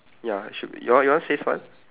ya should be your yours says what